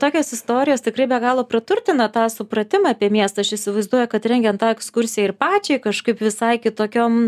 tokios istorijos tikrai be galo praturtina tą supratimą apie miestą aš įsivaizduoju kad rengiant tą ekskursiją ir pačiai kažkaip visai kitokiom